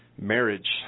marriage